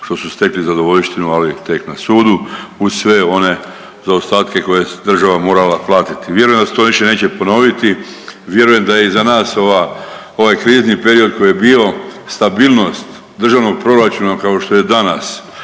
što su stekli zadovoljštinu, ali tek na sudu, uz sve one zaostatke koje je država morala platiti. Vjerujem da se to više neće ponoviti, vjerujem da je iza nas ova, ovaj krizni period koji je bio, stabilnost državnog proračuna, kao što je danas,